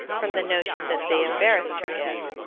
from the notion that they embarrassed her guest,